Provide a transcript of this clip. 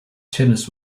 tennis